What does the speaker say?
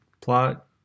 plot